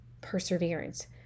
perseverance